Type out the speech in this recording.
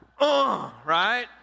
right